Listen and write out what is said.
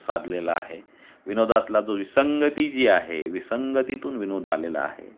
साधलेला आहे विनोदातला जो विसंगती जी आहे विसंगतीतून विनोद आलेला आहे